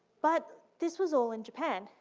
but this was all in japan,